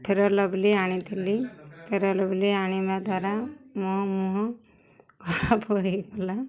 fair lovely ଆଣିଥିଲି fair lovely ଆଣିବା ଦ୍ୱାରା ମୋ ମୁହଁ ଖରାପ ହେଇଗଲା